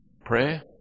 Prayer